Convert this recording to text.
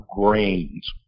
grains